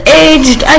aged